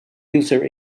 user